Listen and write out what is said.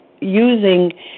using